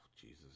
Jesus